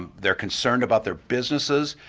they're concerned about their businesses,